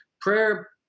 prayer